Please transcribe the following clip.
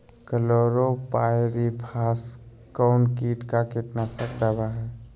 Chlorpyrifos कौन किट का कीटनाशक दवा है?